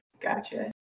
gotcha